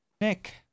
Nick